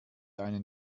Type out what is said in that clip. einen